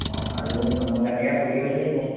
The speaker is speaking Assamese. অঁ আৰু মানুহক এনেকৈ সুধি মেলি